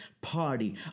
Party